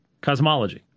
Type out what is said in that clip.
cosmology